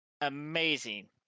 amazing